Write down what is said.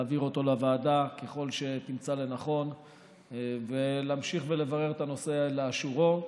להעביר אותו לוועדה ככל שתמצא לנכון ולהמשיך ולברר את הנושא לאשורו.